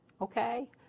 Okay